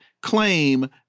claim